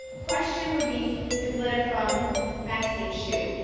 question would be the glitter from maxine's shoe.